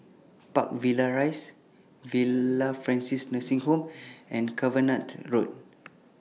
Park Villas Rise Villa Francis Nursing Home and Cavenagh Road